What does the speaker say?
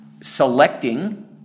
selecting